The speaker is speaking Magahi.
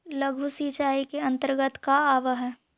लघु सिंचाई के अंतर्गत का आव हइ?